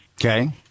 Okay